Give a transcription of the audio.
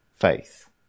faith